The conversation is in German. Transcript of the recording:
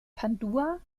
padua